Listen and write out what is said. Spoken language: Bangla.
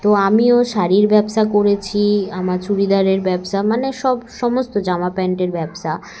তো আমিও শাড়ির ব্যবসা করেছি আমার চুড়িদারের ব্যবসা মানে সব সমস্ত জামা প্যান্টের ব্যবসা